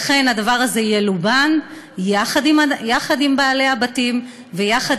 הדבר הזה ילובן יחד עם בעלי הבתים ויחד